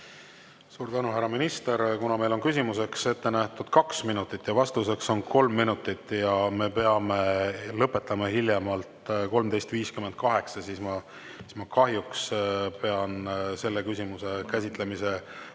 Suur tänu, härra minister! Kuna meil on küsimuseks ette nähtud kaks minutit ja vastuseks on kolm minutit ja me peame lõpetama hiljemalt 13.58, siis ma kahjuks pean selle küsimuse käsitlemise